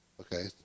okay